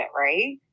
Right